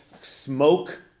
smoke